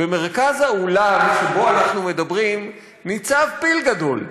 במרכז האולם שבו אנחנו מדברים ניצב פיל גדול.